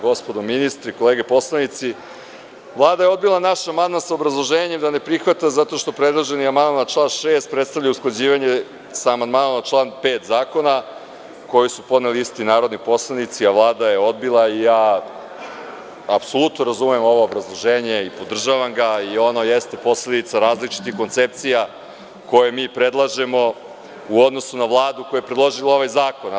Gospodo ministri, kolege poslanici, Vlada je odbila naš amandman sa obrazloženjem da ne prihvata zato što predloženi amandman na član 6. predstavlja usklađivanje sa amandmanom na član 5. zakona koji su podneli isti narodni poslanici a Vlada je odbila i ja apsolutno razumem ovo obrazloženje i podržavam ga i ono jeste posledica različitih koncepcija koje mi predlažemo u odnosu na Vladu koja je predložila ovaj zakona.